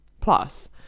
Plus